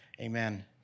Amen